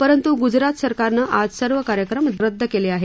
परंतु गुजरात सरकारनं आज सर्व कार्यक्रम रद्द केले आहेत